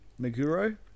Meguro